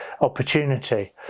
opportunity